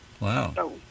Wow